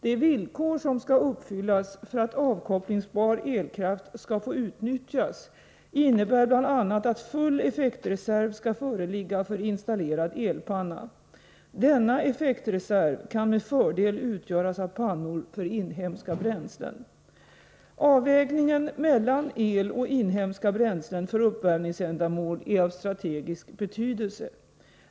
De villkor som skall uppfyllas för att avkopplingsbar elkraft skall få utnyttjas innebär bl.a. att full effektreserv skall föreligga för installerad elpanna. Denna effektreserv kan med fördel utgöras av pannor för inhemska bränslen. Avvägningen mellan el och inhemska bränslen för uppvärmningsändamål är av strategisk betydelse.